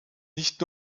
nicht